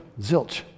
zilch